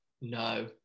no